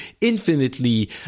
infinitely